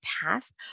past